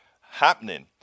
happening